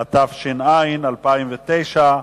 התש"ע 2009,